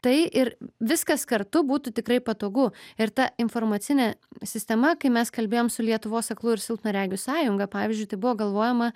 tai ir viskas kartu būtų tikrai patogu ir ta informacinė sistema kai mes kalbėjom su lietuvos aklųjų ir silpnaregių sąjunga pavyzdžiui tai buvo galvojama